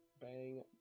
Bang